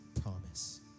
promise